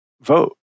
vote